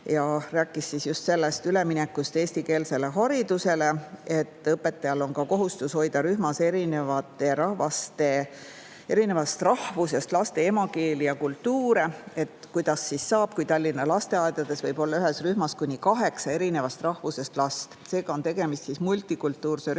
Ta rääkis just üleminekust eestikeelsele haridusele ja sellest, et õpetajal on ka kohustus hoida rühmas erinevast rahvusest laste emakeelt ja kultuuri. Mis siis saab, kui Tallinna lasteaedades võib olla ühes rühmas kuni kaheksa eri rahvusest last? Seega on tegemist multikultuurse rühmaga